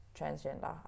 transgender